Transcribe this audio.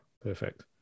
Perfect